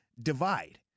divide